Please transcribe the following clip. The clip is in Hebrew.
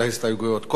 אנחנו נצביע,